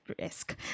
risk